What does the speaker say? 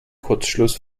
kurzschluss